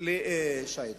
לשי דרומי?